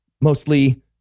mostly